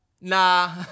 Nah